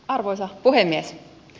arvoisa puhemies